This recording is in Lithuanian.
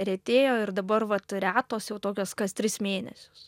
retėjo ir dabar vat retos jau tokios kas tris mėnesius